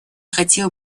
хотел